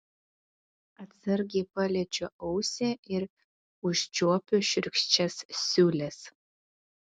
atsargiai paliečiu ausį ir užčiuopiu šiurkščias siūles